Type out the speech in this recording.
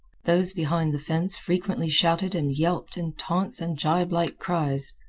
those behind the fence frequently shouted and yelped in taunts and gibelike cries,